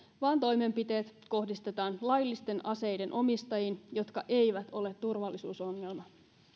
vaan toimenpiteet kohdistetaan laillisten aseiden omistajiin jotka eivät ole turvallisuusongelma